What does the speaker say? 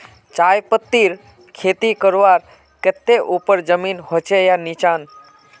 चाय पत्तीर खेती करवार केते ऊपर जमीन होचे या निचान?